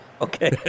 Okay